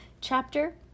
chapter